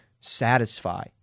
satisfy